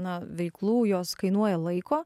na veiklų jos kainuoja laiko